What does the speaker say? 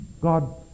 God